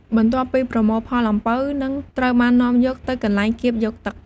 បន្ទាប់ពីប្រមូលផល អំពៅនឹងត្រូវបាននាំយកទៅកន្លែងកៀបយកទឹក។